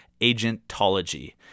Agentology